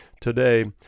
today